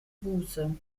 buße